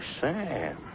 Sam